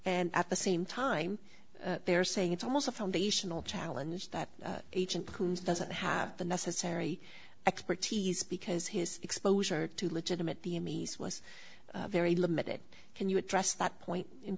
and at the same time they're saying it's almost a foundational challenge that agent who's doesn't have the necessary expertise because his exposure to legitimate the m e s was very limited can you address that point